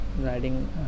riding